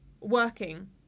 working